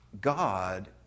God